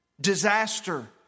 disaster